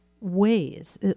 ways